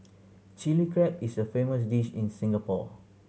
Chilli Crab is a famous dish in Singapore